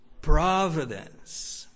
providence